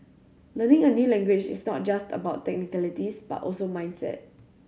learning a new language is not just about technicalities but also mindset